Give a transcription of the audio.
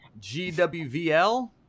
GWVL